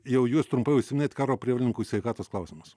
jau jūs trumpai užsiminėt karo prievolininkų sveikatos klausimas